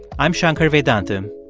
i'm shankar vedantam,